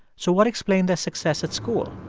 so what explained their success at school?